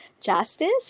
justice